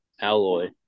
alloy